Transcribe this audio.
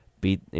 beat